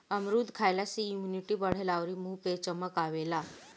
अमरूद खइला से इमुनिटी बढ़ेला अउरी मुंहे पे चमक आवेला